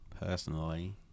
personally